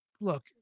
look